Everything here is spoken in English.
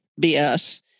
BS